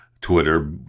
Twitter